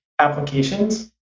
applications